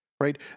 right